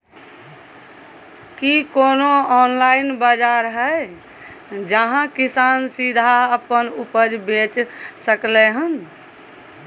की कोनो ऑनलाइन बाजार हय जहां किसान सीधा अपन उपज बेच सकलय हन?